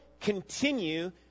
continue